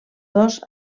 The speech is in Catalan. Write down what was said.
dos